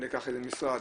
ניקח איזה משרד.